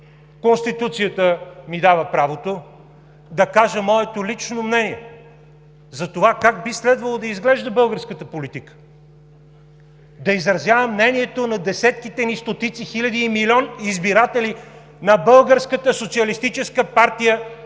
Конституцията ми дава правото да кажа моето лично мнение за това как би следвало да изглежда българската политика, да изразявам мнението на десетките ни, стотици хиляди, милион избиратели на Българската социалистическа партия,